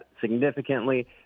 significantly